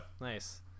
Nice